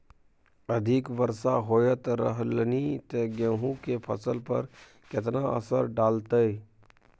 अधिक वर्षा होयत रहलनि ते गेहूँ के फसल पर केतना असर डालतै?